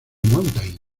mountain